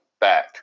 back